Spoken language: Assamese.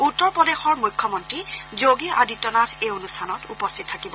উত্তৰ প্ৰদেশৰ মুখ্যমন্তী যোগী আদিত্যনাথ এই অনুষ্ঠানত উপস্থিত থাকিব